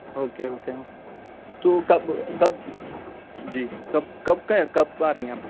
okay okay تو کب کب جی کب کب کب آرہی ہیں